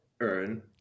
earn